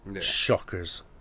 shockers